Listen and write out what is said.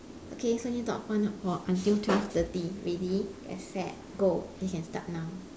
okay so you need to talk one for until twelve thirty ready get set go you can start now